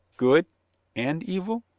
gooda and evil?